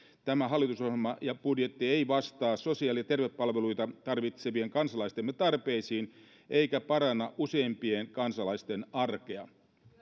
tämä hallitusohjelma ja budjetti eivät vastaa sosiaali ja terveyspalveluita tarvitsevien kansalaistemme tarpeisiin eivätkä paranna useimpien kansalaisten arkea